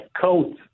coat